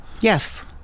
Yes